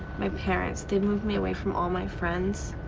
my parents, they moved me away from all my friends.